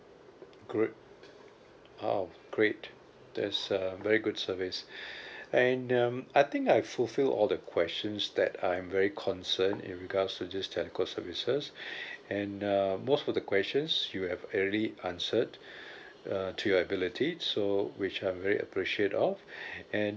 great !wow! great that's a very good service and um I think I fulfil all the questions that I'm very concerned in regards to just telco services and uh most of the questions you have already answered uh to your ability so which I very appreciate of and